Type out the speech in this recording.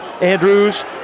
Andrews